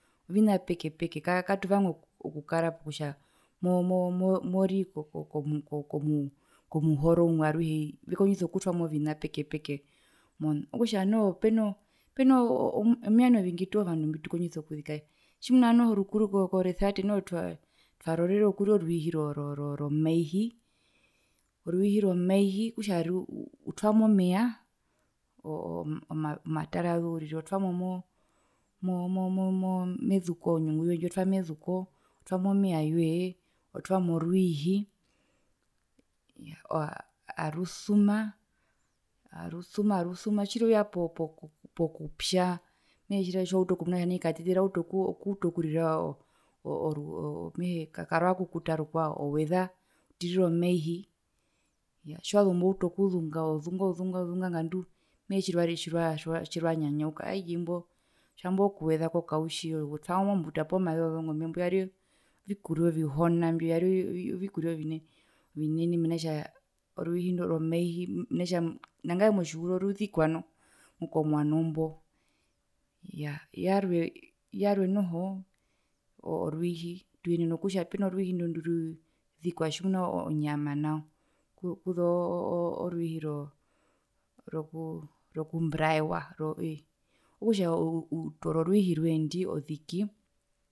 Ovina peke peke katuvanga okura pokutja mo mo mori ko ko komu komu komuhoro umwe aruheuso kutwamo vina peke peke okutja noho peno iano mingi toho vandu mbitukondjisa okuzika tjimuna `noho rukuru koresevate twarorere okuria orwiihi ro ro romaihi orwihi romaihi okutja ruu utwamo meya oo oo omatarazu uriri otwamo mo mo mezuko onyungu yoye ndjo otwamezuko otwamo meya woyeotwamo rwiihi arusuma arusuma arusuma tjirweya po po po pokupya mehee tjiwautu okumuna kutja nai katiti rwautu okuvanga okurira katiti mehee karwakukuta rukwao owoweza otirire omaihi tjiwazumbo outu okuzunga ozunga ozunga ozunga nganduu mehee tjirwa tjirwa tjirwa nyanyauka ayee imbo tjambo ookuwezako kautji otwamo mbuta poomaze wozongombe imbio vyari ovikuria ovihona imbio vyari ovikuria ovinene mena kutjaa orwiihi ndo romaihi nangae motjihuro ruzikwa noho komwano mbo iyaa, yarwe yarwe noho orwiihi tuyenena kutja peno rwiihi ndwi nduzikwa tjinonyama nao kuzoo ooo orwiihi rokuu rokuu roku braaiewa ro ii okutja utoora orwiihi rwee ndwi oziki.